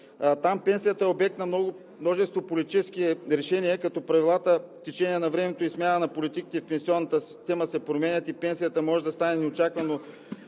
Там пенсията е обект на множество политически решения, като правилата в течение на времето и смяна на политиките в пенсионната система се променят и пенсията може да стане неочаквано